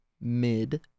mid